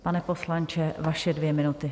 Pane poslanče, vaše dvě minuty.